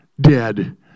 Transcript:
dead